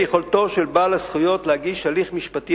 ביכולתו של בעל הזכויות להגיש הליך משפטי